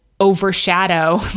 overshadow